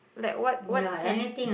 like what what can